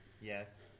Yes